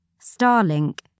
Starlink